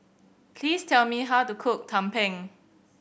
please tell me how to cook Tumpeng